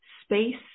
space